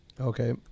Okay